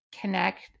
connect